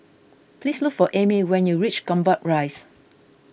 please look for Amey when you reach Gombak Rise